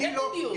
כן בדיוק.